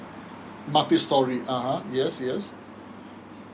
multi storey a'ah yes yes